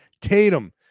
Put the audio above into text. Tatum